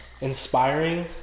inspiring